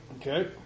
Okay